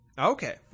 Okay